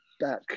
back